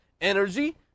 Energy